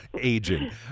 aging